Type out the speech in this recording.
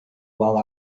while